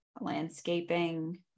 landscaping